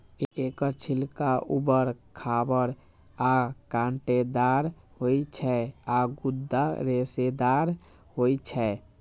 एकर छिलका उबर खाबड़ आ कांटेदार होइ छै आ गूदा रेशेदार होइ छै